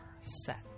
set